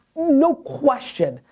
no question,